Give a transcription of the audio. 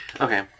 Okay